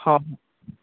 ହଁ